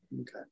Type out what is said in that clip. Okay